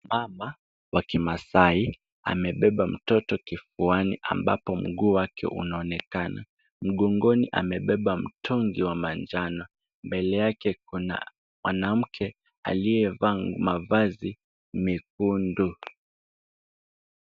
Baba wa ki maasai amebeba mtoto kifuani ambapo mguu wake unaonekana. Mgongoni amebeba mtungi wa manjano. Mbele yake kuna mwanamke aliyevaa mavazi mekundu.